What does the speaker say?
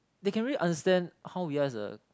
they can really understand how you guys are